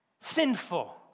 sinful